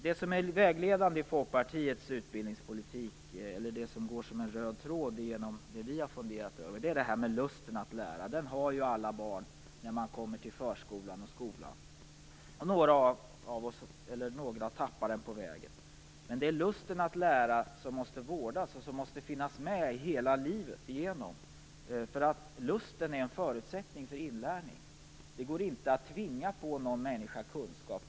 Det som är vägledande i Folkpartiets utbildningspolitik och det som går som en röd tråd genom våra funderingar är detta med lusten att lära. Den lusten har alla barn när de kommer till förskolan och skolan - några kanske tappar den på vägen. Men det är lusten att lära som måste vårdas och som måste finnas med hela livet. Lusten är en förutsättning för inlärning. Det går inte att tvinga på någon människa kunskap.